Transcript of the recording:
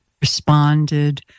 responded